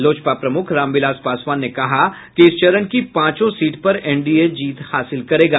लोजपा प्रमूख रामविलास पासवान ने कहा कि इस चरण की पांचों सीट पर एनडीए जीत हासिल करेगा